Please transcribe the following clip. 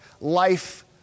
life